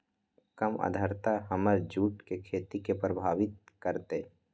कम आद्रता हमर जुट के खेती के प्रभावित कारतै?